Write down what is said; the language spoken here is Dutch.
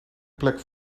plek